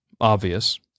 obvious